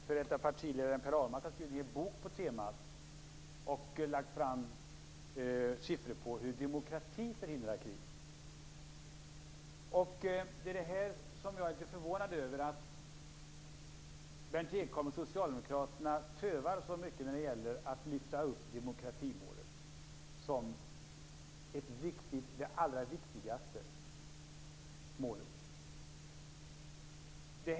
F.d. partiledaren Per Ahlmark har skrivit en hel bok på temat och med siffror visat på hur demokrati förhindrar krig. Jag är litet förvånad över att Berndt Ekholm och Socialdemokraterna tövar så mycket med att lyfta upp demokratimålet som det allra viktigaste målet.